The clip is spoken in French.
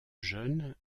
jeunes